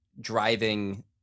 driving